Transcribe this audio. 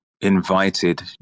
invited